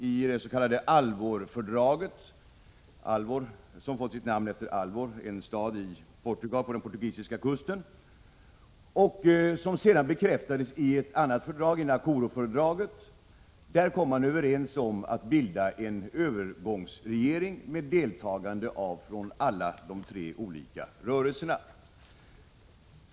I det s.k. Alvor-fördraget — som fått sitt namn efter Alvor, en stad på den portugisiska kusten — som sedan bekräftades i ett annat fördrag, nämligen Nakuru-fördraget, kom de tre befrielserörelserna överens om att bilda en övergångsregering med deltagande från alla de tre olika rörelserna.